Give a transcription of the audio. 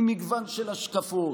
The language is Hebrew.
עם מגוון של השקפות,